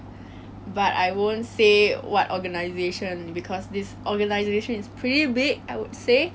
like it's different from everyone's err internship from the previous semesters and